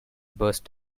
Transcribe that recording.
burst